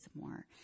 more